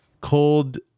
cold